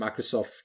microsoft